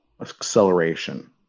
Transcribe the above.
acceleration